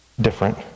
different